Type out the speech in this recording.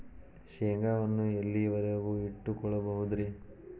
ಶೇಂಗಾವನ್ನು ಎಲ್ಲಿಯವರೆಗೂ ಇಟ್ಟು ಕೊಳ್ಳಬಹುದು ರೇ?